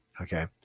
okay